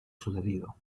sucedido